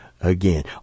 again